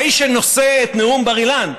האיש שנשא את נאום בר-אילן,